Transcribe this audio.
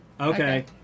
Okay